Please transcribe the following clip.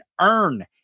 earn